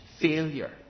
failure